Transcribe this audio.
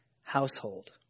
household